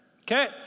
Okay